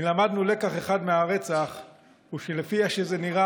אם למדנו לקח אחד מהרצח הוא שלפי איך שזה נראה